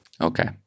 Okay